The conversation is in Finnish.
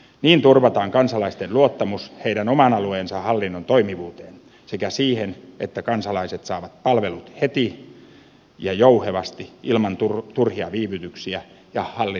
niin turvataan kansalaisten luottamus oman alueensa hallinnon toimivuuteen sekä siihen että kansalaiset saavat palvelut heti ja jouhevasti ilman turhia viivytyksiä ja hallinnon koukeroita